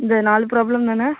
இந்த நாலு ப்ராப்ளம் தானே